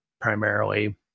primarily